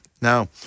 Now